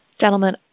Gentlemen